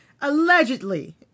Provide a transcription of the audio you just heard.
Allegedly